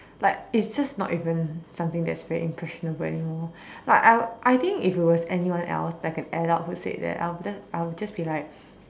like it's just not even something that is very impressionable anymore like I I think if it was anyone else like an adult who said that I'll be just I would just be like